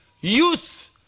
Youth